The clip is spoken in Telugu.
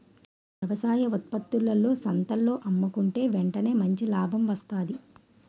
వ్యవసాయ ఉత్త్పత్తులను సంతల్లో అమ్ముకుంటే ఎంటనే మంచి లాభం వస్తాది